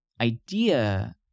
idea